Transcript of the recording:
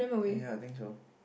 ya I think so